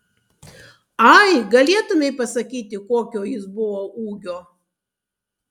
ai galėtumei pasakyti kokio jis buvo ūgio